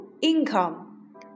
Income